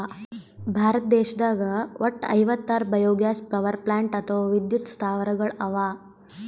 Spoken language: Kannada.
ಭಾರತ ದೇಶದಾಗ್ ವಟ್ಟ್ ಐವತ್ತಾರ್ ಬಯೊಗ್ಯಾಸ್ ಪವರ್ಪ್ಲಾಂಟ್ ಅಥವಾ ವಿದ್ಯುತ್ ಸ್ಥಾವರಗಳ್ ಅವಾ